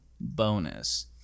bonus